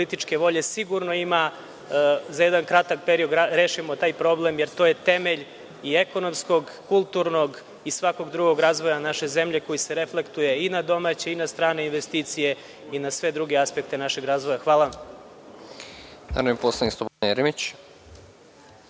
političke volje sigurno ima, rešimo taj problem, jer to je temelj ekonomskog, kulturnog i svakog drugog razvoja naše zemlje koji se reflektuje i na domaće i na strane investicije i na sve druge aspekte našeg razvoja. Hvala.